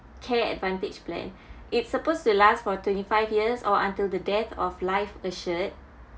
care advantage plan it's supposed to last for twenty five years or until the death of life assured